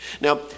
Now